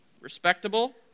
respectable